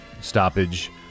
stoppage